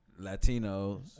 Latinos